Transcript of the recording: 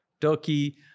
Turkey